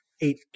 eight